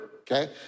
okay